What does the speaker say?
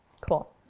cool